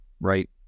Right